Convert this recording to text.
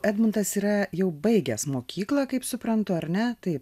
edmundas yra jau baigęs mokyklą kaip suprantu ar ne taip